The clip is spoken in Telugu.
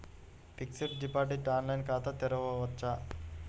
ఫిక్సడ్ డిపాజిట్ ఆన్లైన్ ఖాతా తెరువవచ్చా?